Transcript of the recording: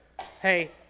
Hey